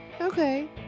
Okay